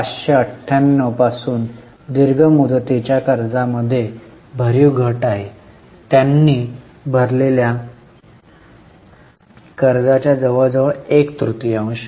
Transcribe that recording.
4598 पासून दीर्घ मुदतीच्या कर्जामध्ये भरीव घट आहे त्यांनी भरलेल्या कर्जाच्या जवळजवळ एक तृतीयांश